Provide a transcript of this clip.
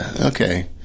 okay